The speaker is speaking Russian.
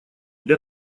для